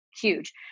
huge